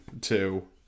two